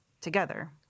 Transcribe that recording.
together